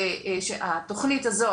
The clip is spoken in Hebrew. התכנית הזאת,